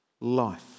life